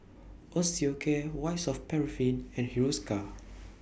Osteocare White Soft Paraffin and Hiruscar